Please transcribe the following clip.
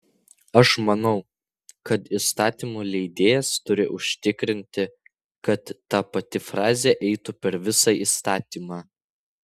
aš manau kad įstatymų leidėjas turi užtikrinti kad ta pati frazė eitų per visą įstatymą